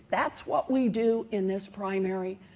that's what we do in this primary,